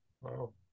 Wow